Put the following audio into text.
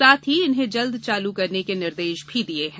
साथ ही इन्हें जल्द चालू करने के निर्देश भी दिये हैं